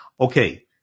okay